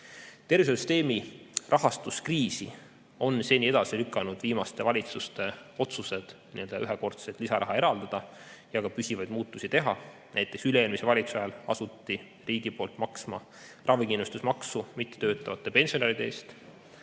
Tervishoiusüsteemi rahastuskriisi on seni edasi lükanud viimaste valitsuste otsused ühekordset lisaraha eraldada ja ka püsivaid muutusi teha. Näiteks, üle-eelmise valitsuse ajal asus riik maksma ravikindlustusmaksu mittetöötavate pensionäride eest.